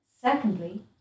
Secondly